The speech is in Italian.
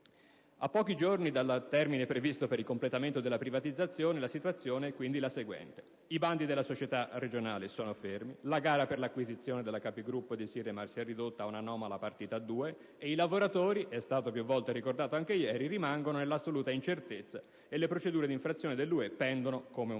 A pochi giorni dal termine previsto per il completamento della privatizzazione, la situazione è, quindi, la seguente: i bandi della società regionale sono fermi; la gara per l'acquisizione della capogruppo e di Siremar si è ridotta ad un'anomala partita a due; i lavoratori - è stato più volte ricordato anche ieri - rimangono nell'assoluta incertezza e le procedure di infrazione avviate dall'Unione